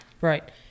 Right